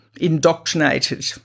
indoctrinated